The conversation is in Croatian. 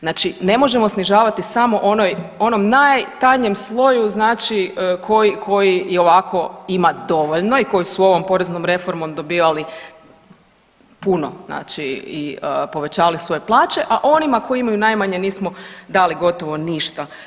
Znači ne možemo snižavati samo onom najtanjem sloju, znači koji i ovako ima dovoljno i koji su ovom poreznom reformom dobivali puno, znači i povećavali svoje plaće, a onima koji imaju najmanje nismo dali gotovo ništa.